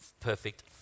perfect